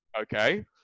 Okay